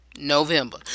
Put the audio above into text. November